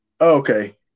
okay